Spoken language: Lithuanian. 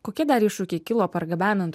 kokie dar iššūkiai kilo pargabenant